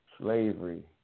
slavery